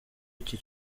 iki